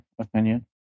opinion